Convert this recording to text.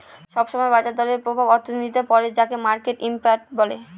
সব সময় বাজার দরের প্রভাব অর্থনীতিতে পড়ে যাকে মার্কেট ইমপ্যাক্ট বলে